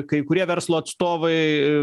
kai kurie verslo atstovai